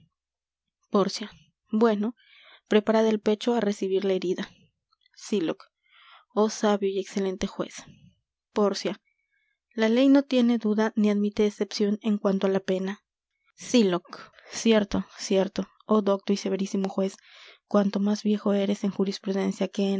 bueno preparad el pecho á recibir la herida sylock oh sabio y excelente juez pórcia la ley no tiene duda ni admite excepcion en cuanto á la pena sylock cierto cierto oh docto y severísimo juez cuánto más viejo eres en jurisprudencia que